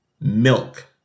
Milk